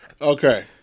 Okay